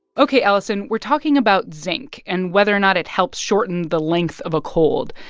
ok, allison, we're talking about zinc and whether or not it helps shorten the length of a cold.